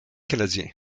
canadien